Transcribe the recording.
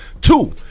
Two